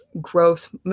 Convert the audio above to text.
growth